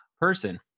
person